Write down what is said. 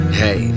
hey